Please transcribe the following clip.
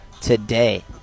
today